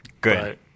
Good